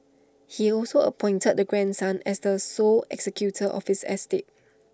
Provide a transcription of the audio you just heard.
he also appointed the grandson as the sole executor of his estate